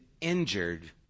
injured